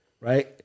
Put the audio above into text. Right